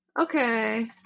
okay